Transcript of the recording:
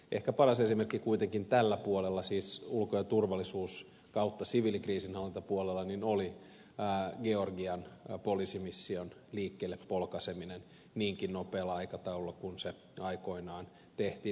ehkä paras esimerkki kuitenkin tällä puolella siis ulko ja turvallisuus ja siviilikriisinhallintapuolella oli georgian poliisimission liikkeelle polkaiseminen niinkin nopealla aikataululla kuin se aikoinaan tehtiin